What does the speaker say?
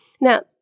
Now